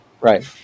Right